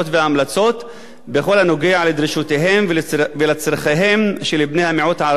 בכל הקשור לדרישותיהם ולצורכיהם של בני המיעוט הערבי בישראל.